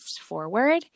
forward